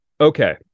Okay